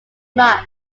much